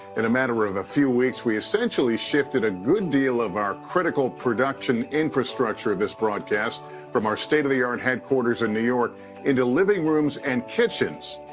in a matter ah of a few weeks, we essentially shifted a good deal of our critical production infrastructure this broadcast from our state of the art headquarters in new york into living rooms and kitchens,